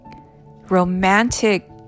romantic